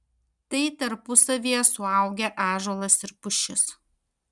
tai tarpusavyje suaugę ąžuolas ir pušis